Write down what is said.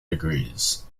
degrees